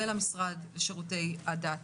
ולמשרד לשירותי הדת,